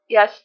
Yes